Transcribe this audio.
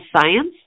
science